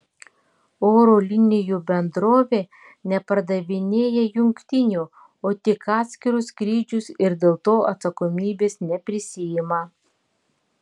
oro linijų bendrovė nepardavinėja jungtinių o tik atskirus skrydžius ir dėl to atsakomybės neprisiima